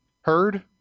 heard